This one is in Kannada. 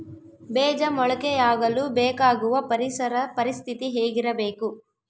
ಬೇಜ ಮೊಳಕೆಯಾಗಲು ಬೇಕಾಗುವ ಪರಿಸರ ಪರಿಸ್ಥಿತಿ ಹೇಗಿರಬೇಕು?